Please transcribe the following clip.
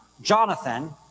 Jonathan